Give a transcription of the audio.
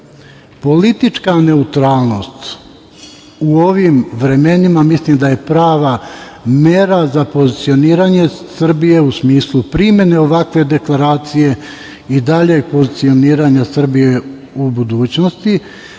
Politička neutralnost u ovim vremenima mislim da je prava mera za pozicioniranje Srbije u smislu primene ovakve deklaracije i daljeg pozicioniranja Srbije u budućnosti,